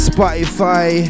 Spotify